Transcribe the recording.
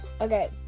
Okay